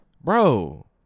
bro